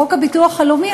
חוק הביטוח הלאומי,